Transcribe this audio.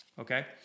Okay